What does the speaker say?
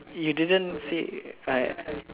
you didn't say I